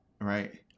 right